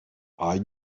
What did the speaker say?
are